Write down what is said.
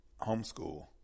homeschool